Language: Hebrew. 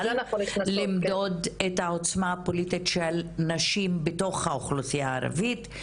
למדוד את העוצמה הפוליטית של נשים בתוך האוכלוסייה הערבית,